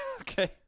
Okay